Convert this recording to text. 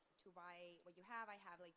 to buy what you have, i have, like,